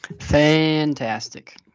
Fantastic